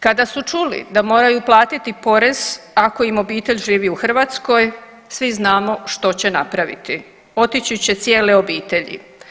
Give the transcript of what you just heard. Kada su čuli da moraju platiti porez ako im obitelj živi u Hrvatskoj, svi znamo što će napraviti, otići će cijele obitelji.